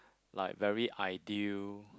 like very ideal